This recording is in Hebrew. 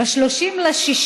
ב-30 ביוני,